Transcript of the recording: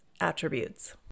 attributes